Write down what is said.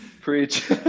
preach